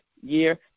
year